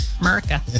America